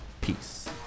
Peace